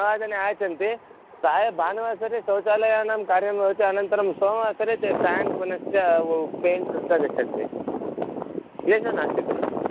नववादने आगच्छन्ति प्रायः भानुवासरे शौचालयानां कार्यं भवति अनन्तरं सोमवासरे ते फ़्यान् पुनश्च पेन्ट् कृत्वा गच्छन्ति क्लेशः नास्ति खलु